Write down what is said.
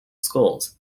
schools